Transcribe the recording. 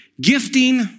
gifting